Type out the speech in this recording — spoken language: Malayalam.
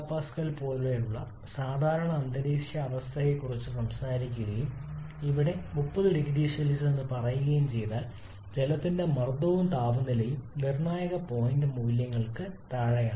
1 MPa പോലെയുള്ള സാധാരണ അന്തരീക്ഷാവസ്ഥയെക്കുറിച്ച് സംസാരിക്കുകയും ഇവിടെ 30 0C എന്ന് പറയുകയും ചെയ്താൽ ജലത്തിന്റെ മർദ്ദവും താപനിലയും നിർണായക പോയിന്റ് മൂല്യങ്ങൾക്ക് താഴെയാണ്